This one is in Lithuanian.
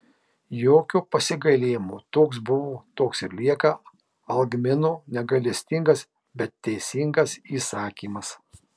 jokio pasigailėjimo toks buvo toks ir lieka algmino negailestingas bet teisingas įsakymas